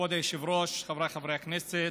כבוד היושב-ראש, חבריי חברי הכנסת,